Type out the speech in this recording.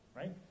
right